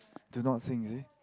do not sing you see